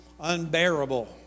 unbearable